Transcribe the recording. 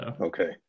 Okay